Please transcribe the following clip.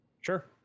Sure